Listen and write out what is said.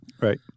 Right